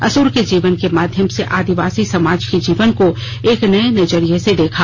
असुर के जीवन के माध्यम से आदिवासी समाज के जीवन को एक नये नजरिये से देखा